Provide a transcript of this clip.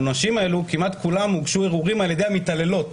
העונשים האלה הוגשו ערעורים ע"י המתעללות.